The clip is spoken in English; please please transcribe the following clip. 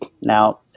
Now